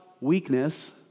weakness